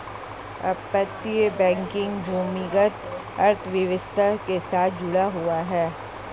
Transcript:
अपतटीय बैंकिंग भूमिगत अर्थव्यवस्था के साथ जुड़ा हुआ है